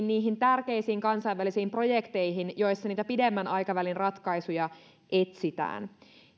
niihin tärkeisiin kansainvälisiin projekteihin joissa niitä pidemmän aikavälin ratkaisuja etsitään